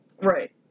Right